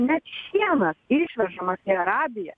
net šienas išvežamas į arabiją